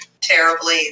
terribly